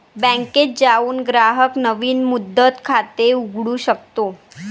बँकेत जाऊन ग्राहक नवीन मुदत खाते उघडू शकतो